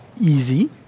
easy